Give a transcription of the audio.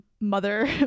mother